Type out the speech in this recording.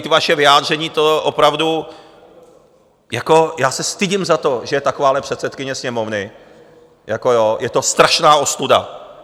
Ta vaše vyjádření, to opravdu jako já se stydím za to, že je takováhle předsedkyně Sněmovny, jako jo, je to strašná ostuda.